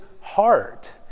heart